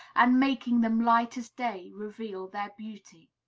and, making them light as day, reveal their beauty.